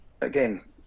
again